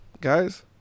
guys